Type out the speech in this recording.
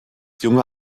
junge